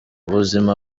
ubuzima